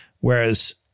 whereas